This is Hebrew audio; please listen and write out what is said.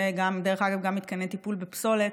ודרך אגב גם מתקני טיפול בפסולת,